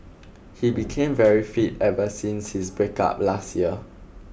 he became very fit ever since his breakup last year